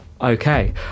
okay